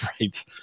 Right